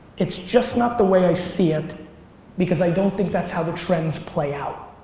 it's just not the way i see it because i don't think that's how the trends play out.